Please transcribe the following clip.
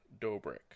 Dobrik